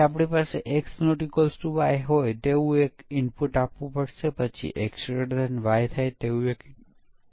તેથી માત્ર જે વસ્તુ આપણે શોધી શકીએ છીએ તે ક્રેશ છે